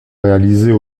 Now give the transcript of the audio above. réalisés